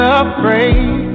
afraid